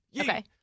Okay